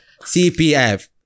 CPF